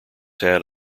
had